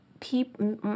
people